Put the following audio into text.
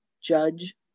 judge